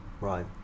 Right